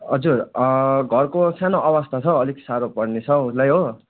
हजुर घरको सानो अवस्था छ अलिक साह्रो पर्ने छ उसलाई हो